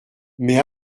mais